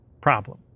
problem